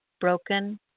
Broken